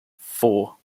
four